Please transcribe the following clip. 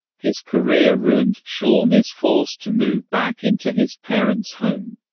his career ruined, shawn is forced to move back into his parents' home.